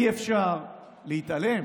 אי-אפשר להתעלם